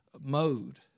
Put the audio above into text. mode